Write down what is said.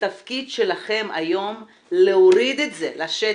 התפקיד שלכם היום זה להוריד את זה לשטח,